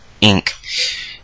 Inc